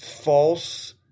false